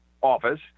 office